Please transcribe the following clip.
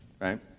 right